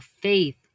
faith